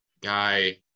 guy